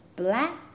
black